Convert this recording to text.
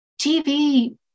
TV